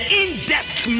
in-depth